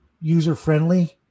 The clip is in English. user-friendly